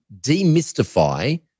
demystify